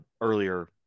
earlier